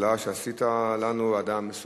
זכויות האדם הבין-לאומי,